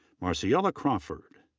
marciela crawford.